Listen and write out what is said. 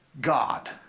God